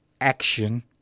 action